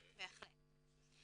בהחלט.